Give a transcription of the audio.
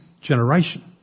generation